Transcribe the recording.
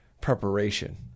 preparation